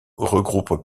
regroupent